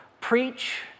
Preach